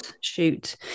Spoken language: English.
shoot